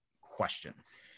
questions